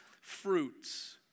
fruits